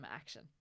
action